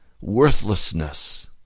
worthlessness